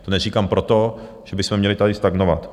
To neříkám proto, že bychom měli tady stagnovat.